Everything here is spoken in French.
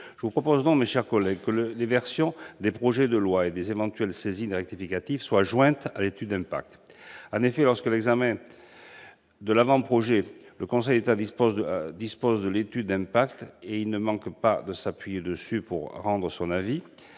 Je propose donc, mes chers collègues, que les différentes versions des projets de loi et les éventuelles saisines rectificatives soient jointes à l'étude d'impact. Lors de l'examen de l'avant-projet, le Conseil d'État dispose de l'étude d'impact et ne manque pas de s'appuyer sur elle pour rendre son avis.